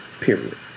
period